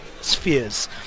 spheres